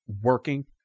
working